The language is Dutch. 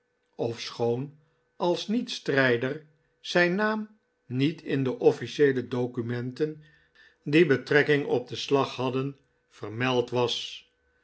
ofschoon als niet strijder zijn naam niet in de offlcieele documenten die betrekking op den slag hadden vermeld was